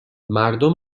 مردم